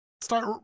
start